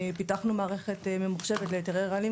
פיתחנו מערכת ממוחשבת להיתרי רעלים,